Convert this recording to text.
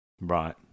Right